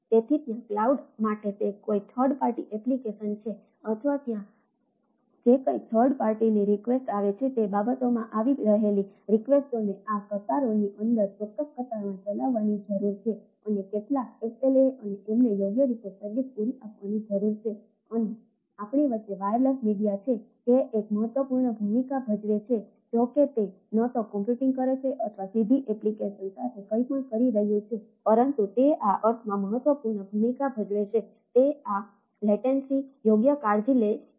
તેથી તે ક્લાઉડ યોગ્ય કાળજી લે છે